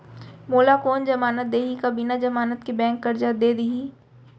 मोला कोन जमानत देहि का बिना जमानत के बैंक करजा दे दिही?